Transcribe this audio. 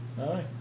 Aye